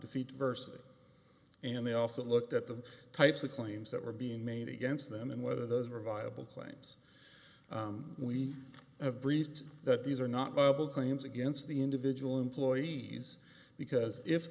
defeat diversity and they also looked at the types of claims that were being made against them and whether those are viable claims we have breached that these are not public claims against the individual employees because if